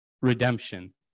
redemption